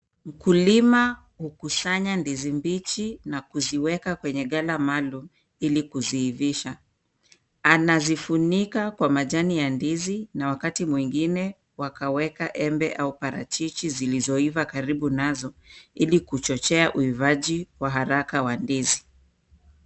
Mkulima hukusanya ndizi mbichi na kuziweka kwenye gala maalumu Ili kuziivisha. Anazifunika kwa majani ya ndizi na wakati mwingine wakaweka embe au parachichi zilizoiva karibu nazo Ili kuchochea uivaji wa haraka wa ndizi.